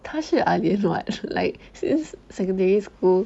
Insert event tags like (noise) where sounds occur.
她是 ah lian [what] (laughs) like since secondary school